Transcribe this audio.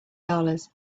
dollars